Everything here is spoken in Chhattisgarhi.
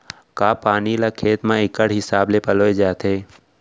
का पानी ला खेत म इक्कड़ हिसाब से पलोय जाथे?